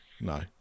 no